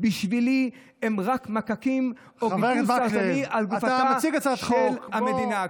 "בשבילי הם רק מקקים או גידול סרטני על גופתה של המדינה".